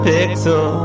Pixel